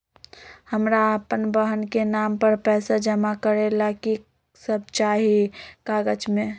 हमरा अपन बहन के नाम पर पैसा जमा करे ला कि सब चाहि कागज मे?